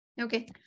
Okay